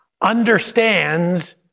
understands